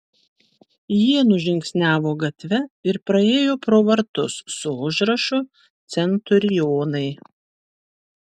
jie nužingsniavo gatve ir praėjo pro vartus su užrašu centurionai